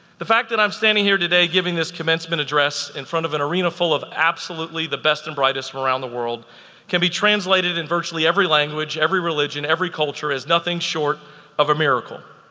the fact that i'm standing here today giving this commencement address in front of an arena full of absolutely the best and brightest from around the world can be translated in virtually every language, every religion, every culture is nothing short of a miracle.